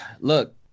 look